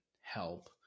help